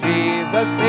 Jesus